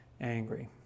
angry